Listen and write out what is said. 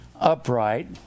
upright